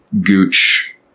Gooch